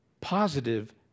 positive